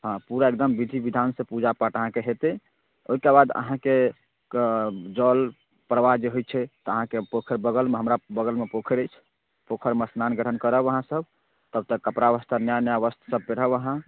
हँ पूरा एकदम विधि विधानसँ पूजा पाठ अहाँके हेतै ओहिके बाद अहाँके जल प्रवाह जे होइ छै तऽ अहाँके पोखरि बगलमे हमरा बगलमे पोखरि अछि पोखरिमे स्नान ग्रहण करब अहाँसभ तब तक कपड़ा वस्त्र नया नया वस्त्रसभ पहिरब अहाँ